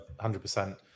100